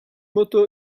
motto